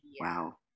Wow